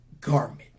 garment